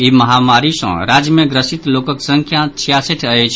ई महामारी सँ राज्य मे ग्रसित लोकक संख्या छियासठि अछि